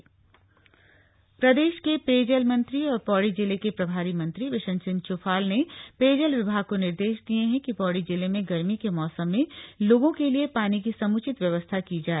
चफाल पौडी प्रदेश के पेयजल मंत्री और पौड़ी जिले के प्रभारी मंत्री बिशन सिंह च्फाल ने पेयजल विभाग को निर्देश दिये हैं कि पौड़ी जिले में गर्मी के मौसम में लोगों के लिए पानी की समुचित व्यवस्था की जाए